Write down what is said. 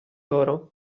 loro